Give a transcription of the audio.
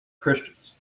christians